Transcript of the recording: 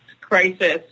crisis